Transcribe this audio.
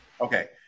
okay